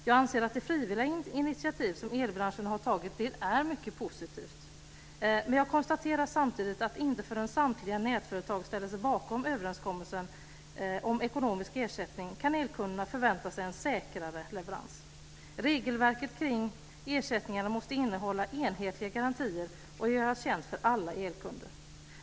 Jag anser att det frivilliga initiativ som elbranschen har tagit är mycket positivt, men jag konstaterar samtidigt att inte förrän samtliga nätföretag ställer sig bakom överenskommelsen om ekonomisk ersättning kan elkunderna förvänta sig en säkrare leverans. Regelverket kring ersättningarna måste innehålla enhetliga garantier och göras känt för alla elkunder.